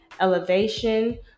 elevation